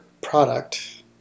product